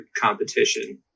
competition